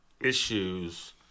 issues